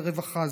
זה רווחה,